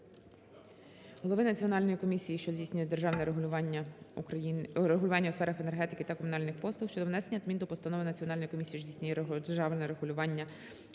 голови Національної комісії, що здійснює державне регулювання у сферах енергетики та комунальних послуг щодо внесення змін до Постанови Національної комісії, що здійснює державне регулювання у сферах